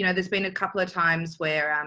you know there's been a couple of times where, um